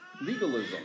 legalism